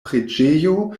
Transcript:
preĝejo